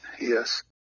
Yes